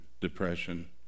depression